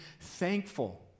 thankful